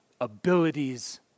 abilities